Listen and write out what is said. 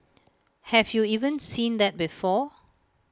have you even seen that before